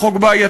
הוא חוק בעייתי,